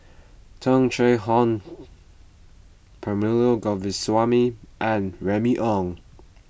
Tung Chye Hong Perumal Govindaswamy and Remy Ong